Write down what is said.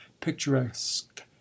picturesque